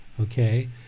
okay